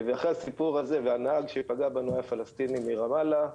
והנהג שפגע בנו היה פלסטיני מרמאללה,